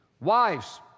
Wives